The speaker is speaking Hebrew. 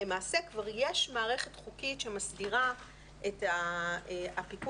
למעשה כבר יש מערכת חוקית שמסדירה את הפיקוח